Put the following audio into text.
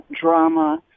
drama